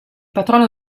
patrono